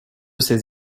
ses